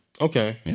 Okay